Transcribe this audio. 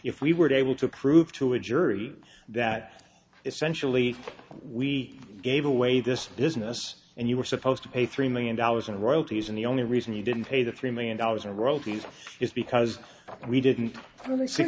if we were able to prove to a jury that essentially we gave away this business and you were supposed to pay three million dollars in royalties and the only reason he didn't pay the three million dollars or royalties is because we didn't really s